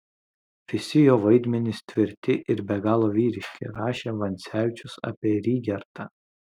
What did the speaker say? visi jo vaidmenys tvirti ir be galo vyriški rašė vancevičius apie rygertą